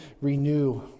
renew